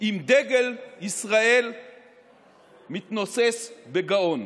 עם דגל ישראל מתנוסס בגאון.